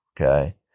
okay